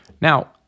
now